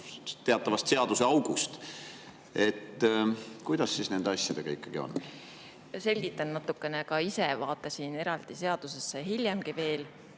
teatavast seaduseaugust. Kuidas siis nende asjadega ikkagi on? Selgitan natukene. Ka ise vaatasin veel eraldi seadust, hiljemgi veel. On